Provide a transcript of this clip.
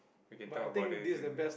we can talk about this in